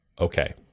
okay